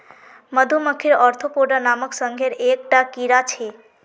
मधुमक्खी ओर्थोपोडा नामक संघेर एक टा कीड़ा छे